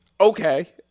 Okay